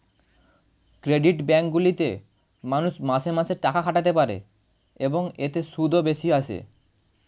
credit bank গুলিতে মানুষ মাসে মাসে টাকা খাটাতে পারে, এবং এতে সুদও বেশি আসে